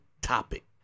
topic